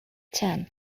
ten